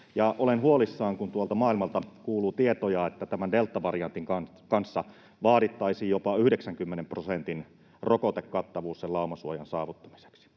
olen huolissani, kun tuolta maailmalta kuuluu tietoja, että tämän deltavariantin kanssa vaadittaisiin jopa 90 prosentin rokotekattavuus sen laumasuojan saavuttamiseksi.